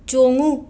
ꯆꯣꯡꯉꯨ